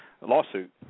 lawsuit